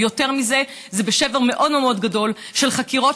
ויותר מזה, זה שבר מאוד מאוד גדול של חקירות.